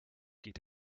geht